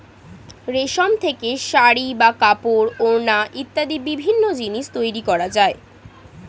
রেশম থেকে শাড়ী বা কাপড়, ওড়না ইত্যাদি বিভিন্ন জিনিস তৈরি করা যায়